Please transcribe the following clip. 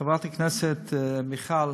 חברת הכנסת מיכל,